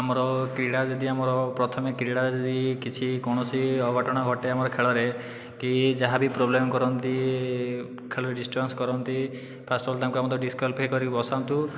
ଆମର କ୍ରୀଡ଼ା ଯଦି ଆମର ପ୍ରଥମେ କ୍ରୀଡ଼ା ଯଦି କିଛି କୌଣସି ଅଘଟଣ ଘଟେ ଆମର ଖେଳରେ କି ଯାହାବି ପ୍ରୋବ୍ଲେମ୍ କରନ୍ତି ଖେଳରେ ଡିଷ୍ଟର୍ବାନ୍ସ କରନ୍ତି ଫାର୍ଷ୍ଟ ଅଫ୍ ଅଲ୍ ତାଙ୍କୁ ଆମେ ତ ଡିସ୍କ୍ୱାଲିଫାଏ କରିକି ବସାନ୍ତୁ